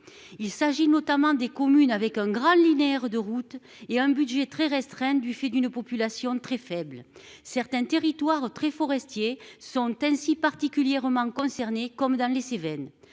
Il s'agit notamment des communes avec un Graal linéaires de route et un budget très restreint du fait d'une population très faible, certains territoires très forestiers sont ainsi particulièrement concernés comme dans les Cévennes.